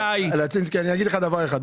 אני אגיד לך דבר אחד.